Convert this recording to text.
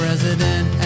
President